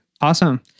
Awesome